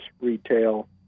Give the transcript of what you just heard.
retail